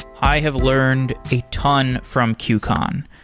i have learned a ton from qcon.